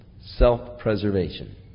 Self-preservation